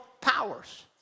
powers